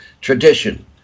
tradition